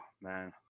man